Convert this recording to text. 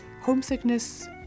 Homesickness